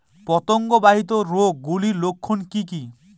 পতঙ্গ বাহিত রোগ গুলির লক্ষণ কি কি?